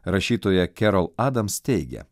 rašytoja kerol adams teigia